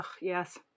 Yes